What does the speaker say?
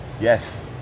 Yes